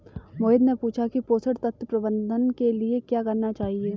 मोहित ने पूछा कि पोषण तत्व प्रबंधन के लिए क्या करना चाहिए?